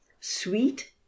sweet